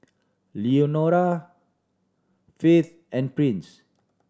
Lenora Faith and Prince